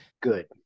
good